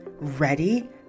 Ready